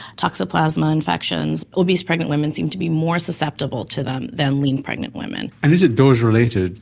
toxoplasma infections. obese pregnant women seem to be more susceptible to them than lean pregnant women. and is it dose related?